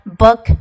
book